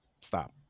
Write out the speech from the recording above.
Stop